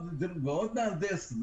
ועוד מהנדס,